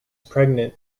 pregnant